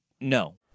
no